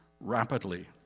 rapidly